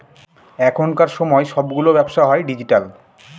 এখনকার সময় সবগুলো ব্যবসা হয় ডিজিটাল